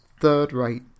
third-rate